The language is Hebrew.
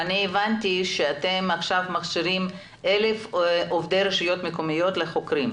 אני הבנתי שאתם עכשיו מכשירים 1,000 עובדי רשויות מקומיות לחוקרים.